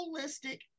holistic